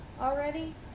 already